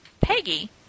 Peggy